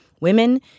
Women